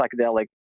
psychedelic